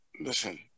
Listen